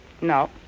No